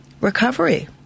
recovery